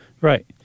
Right